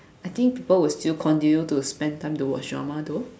I think people will still continue to spend time to watch drama though